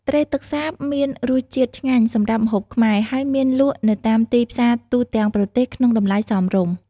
ត្រីទឹកសាបមានរស់ជាតិឆ្ងាញ់សម្រាប់ម្ហូបខ្មែរ ហើយមានលក់នៅតាមទីផ្សារទូទាំងប្រទេសក្នុងតម្លៃសមរម្យ។